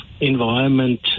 environment